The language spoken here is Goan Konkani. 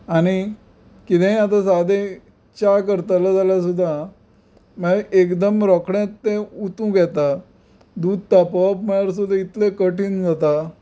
आनी कितेंय आतां सादें च्या करतलो जाल्यार सुद्दां म्हणल्या एकदम रोकडेंच तें ओतूंक येता दूद तापोवप म्हणल्यार सुद्दां इतलें कठीण जाता